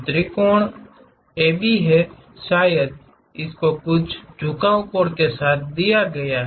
त्रिकोण AB है शायद इस को कुछ झुकाव कोणों के साथ दिया गया है